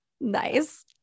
Nice